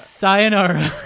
sayonara